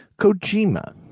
Kojima